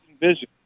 vision